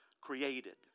created